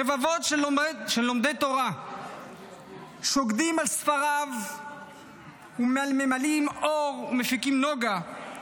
רבבות של לומדי תורה שוקדים על ספריו וממלאים אור ומפיקים נוגה.